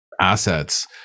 assets